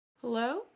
Hello